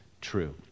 true